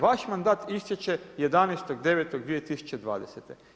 Vaš mandat istječe 11.9.2020.